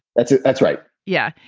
that's ah that's right. yeah.